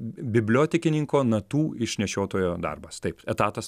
bibliotekininko natų išnešiotojo darbas taip etatas